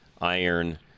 iron